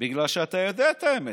בגלל שאתה יודע את האמת.